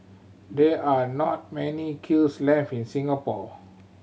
there are not many kills left in Singapore